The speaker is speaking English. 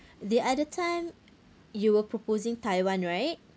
the other time you were proposing taiwan right